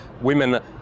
Women